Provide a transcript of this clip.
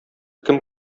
кем